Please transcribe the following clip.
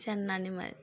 सान नानीमै